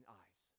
eyes